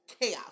chaos